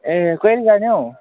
ए कहिले जाने हो